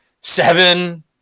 seven